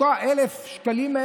אותם 1,000 שקלים,